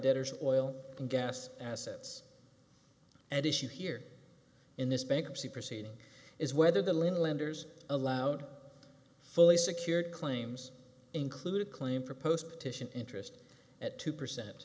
debtors oil and gas assets at issue here in this bankruptcy proceeding is whether the limit lenders allowed fully secured claims include a claim for post titian interest at two percent